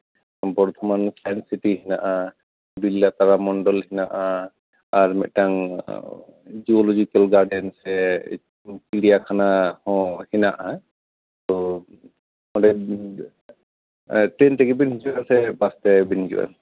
Bardhaman science city ᱦᱮᱱᱟᱜᱼᱟ ᱵᱤᱞᱤᱭᱟ ᱛᱟᱞᱟ ᱢᱚᱱᱰᱚᱞ ᱦᱮᱱᱟᱜᱼᱟ ᱟᱨ ᱢᱤᱫᱴᱟᱝ ᱡᱩᱞᱳᱡᱤᱠᱮᱞ ᱜᱟᱨᱰᱮᱱ ᱥᱮ ᱪᱤᱲᱤᱭᱟᱠᱷᱟᱱᱟ ᱦᱚᱸ ᱦᱮᱱᱟᱜᱼᱟ ᱛᱚ ᱚᱸᱰᱮ ᱴᱨᱮᱹᱱ ᱛᱮᱜᱮ ᱵᱮᱱ ᱦᱤᱡᱩᱜᱼᱟ ᱥᱮ ᱵᱟᱥ ᱛᱮᱵᱮᱱ ᱦᱤᱡᱩᱜᱼᱟ